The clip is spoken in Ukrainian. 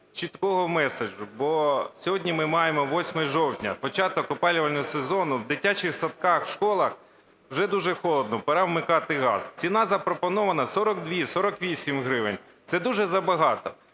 чіткого меседжу, бо сьогодні ми маємо 8 жовтня – початок опалювального сезону в дитячих садках, в школах. Вже дуже холодно, пора вмикати газ, ціна запропонована 42, 48 гривень. Це дуже забагато.